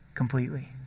completely